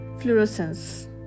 fluorescence